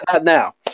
Now